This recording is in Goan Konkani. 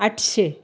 आठशे